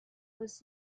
was